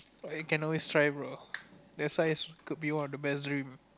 but you can always try bro that's why could be one of the best dream